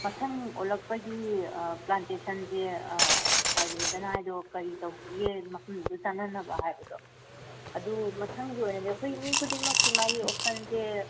ꯃꯊꯪ ꯑꯣꯜꯂꯛꯄꯒꯤ ꯄ꯭ꯂꯥꯟꯇꯦꯁꯟꯁꯦ ꯍꯥꯏꯗꯣ ꯀꯔꯤ ꯇꯧꯁꯤꯒꯦ ꯃꯐꯝꯗꯨꯒ ꯆꯥꯟꯅꯅꯕ ꯍꯥꯏꯕꯗꯣ ꯑꯗꯨ ꯃꯊꯪꯒꯤ ꯑꯣꯏꯅꯗꯤ ꯑꯩꯈꯣꯏ ꯃꯤ ꯈꯨꯗꯤꯡꯃꯛꯀꯤ ꯃꯥꯒꯤ ꯑꯣꯞꯁꯟꯁꯦ